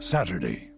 Saturday